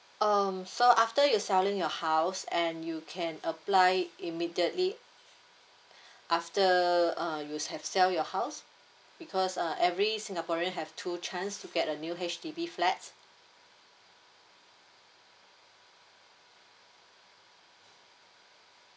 um so after you selling your house and you can apply it immediately after uh you have sell your house because uh every singaporean have two chance to get a new H_D_B flat